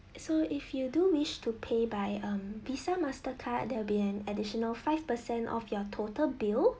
so if you do wish to pay by um visa mastercard there'll be an additional five percent off your total bill